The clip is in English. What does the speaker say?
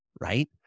right